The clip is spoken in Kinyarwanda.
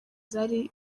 zari